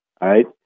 right